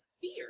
fear